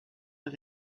des